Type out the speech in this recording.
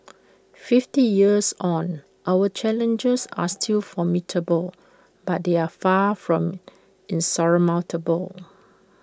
fifty years on our challenges are still formidable but they are far from insurmountable